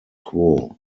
quo